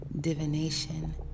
divination